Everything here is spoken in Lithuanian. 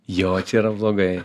jo čia yra blogai